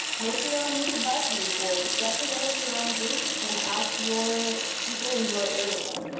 make your own youth advisory board. get together your own group and ask your people in your area.